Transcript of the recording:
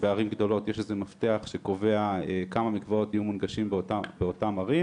בערים גדולות יש מפתח שקובע כמה מקוואות יהיו מונגשים באותן ערים,